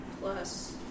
plus